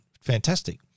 Fantastic